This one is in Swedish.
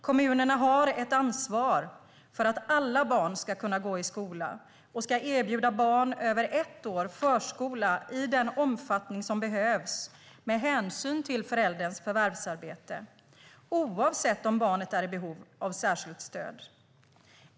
Kommunerna har ett ansvar för att alla barn ska kunna gå i skola och ska erbjuda barn över ett år förskola i den omfattning som behövs med hänsyn till förälderns förvärvsarbete, oavsett om barnet är i behov av särskilt stöd.